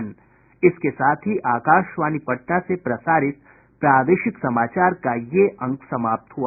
इसके साथ ही आकाशवाणी पटना से प्रसारित प्रादेशिक समाचार का ये अंक समाप्त हुआ